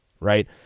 right